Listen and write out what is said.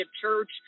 Church